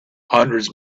hundreds